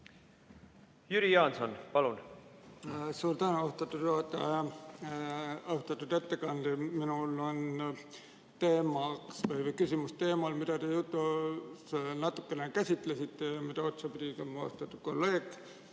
Jüri Jaanson, palun!